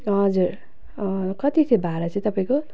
हजुर कति थियो भाडा चाहिँ तपाईँको